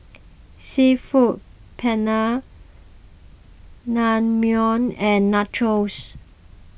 Seafood Paella Naengmyeon and Nachos